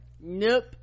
nope